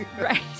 right